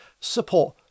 support